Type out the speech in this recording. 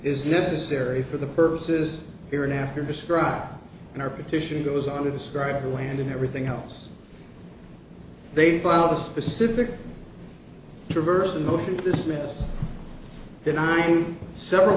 is necessary for the purposes here and after described in our petition goes on to describe the land and everything else they filed a specific reverse a motion to dismiss denying several